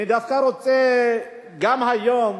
אני דווקא רוצה גם היום